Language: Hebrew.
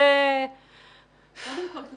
אם יורשה